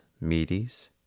Medes